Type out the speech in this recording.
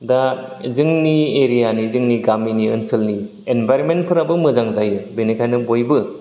दा जोंनि एरिया नि जोंनि गामिनि ओनसोलनि एनबाइरमेन्ट फोराबो मोजां जायो बेनिखायनो बयबो